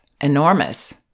enormous